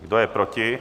Kdo je proti?